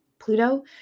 Pluto